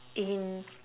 in